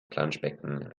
planschbecken